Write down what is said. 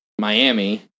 Miami